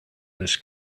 this